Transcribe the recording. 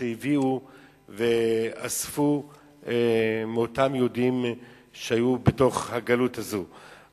שהביאו ואספו מאותם יהודים שהיו בגלות הזאת,